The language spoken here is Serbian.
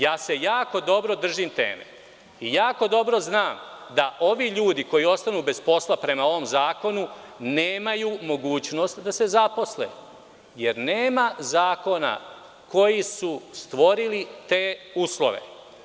Jako se dobro držim teme i jako dobro znam da ovi ljudi koji ostanu bez posla, prema ovom zakonu, nemaju mogućnost da se zaposle, jer nema zakona koji su stvorili te uslove.